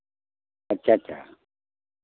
अच्छा अच्छा